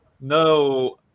No